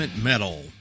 medal